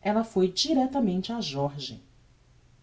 ella foi directamente a jorge